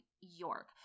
York